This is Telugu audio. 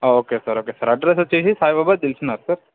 okay sir okay sir address వచ్చి సాయిబాబా దిల్సుఖ్నగర్ సార్